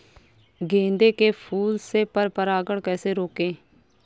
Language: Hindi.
गेंदे के फूल से पर परागण कैसे रोकें?